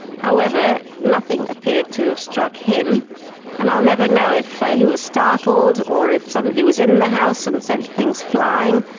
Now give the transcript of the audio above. however, nothing appeared to have struck him and i'll never know if ah he was startled or if somebody was in the house and sent things flying,